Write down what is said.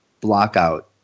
blockout